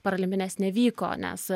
parolimpinės nevyko nes